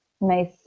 nice